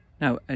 now